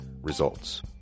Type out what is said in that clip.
results